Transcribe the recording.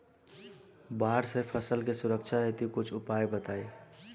बाढ़ से फसल के सुरक्षा हेतु कुछ उपाय बताई?